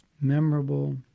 memorable